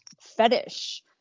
fetish